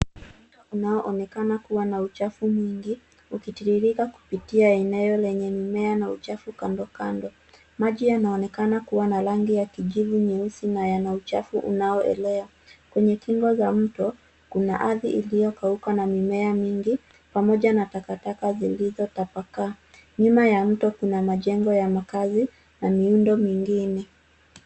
Mto unaoonekana kuwa na uchafu mwingi ukitiririka kupitia eneo lenye mimea na uchafu kando kando. Maji yanaonekana kuwa na rangi ya kijivu nyeusi na yana uchafu unaolea. Kwenye kinga za mto kuna ardhi iliyokauka na mimea mingi pamoja na taktaka zilizotapakaa. Nyuma mto kuna majengo ya makaazi na miundo mingine.